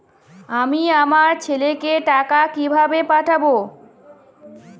আমি আমার ছেলেকে টাকা কিভাবে পাঠাব?